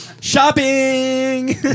Shopping